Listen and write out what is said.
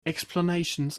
explanations